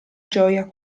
gioia